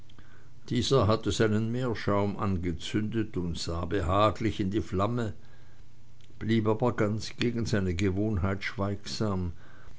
dieser hatte seinen meerschaum angezündet und sah behaglich in die flamme blieb aber ganz gegen seine gewohnheit schweigsam